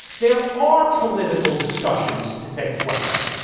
there are political discussions to take place.